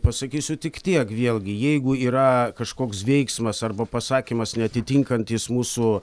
pasakysiu tik tiek vėlgi jeigu yra kažkoks veiksmas arba pasakymas neatitinkantys mūsų